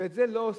ואת זה לא עושים.